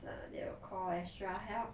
but they will call extra help